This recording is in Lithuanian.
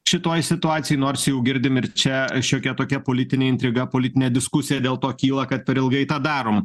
šitoj situacijoj nors jau girdim ir čia šiokia tokia politinė intriga politinė diskusija dėl to kyla kad per ilgai tą darom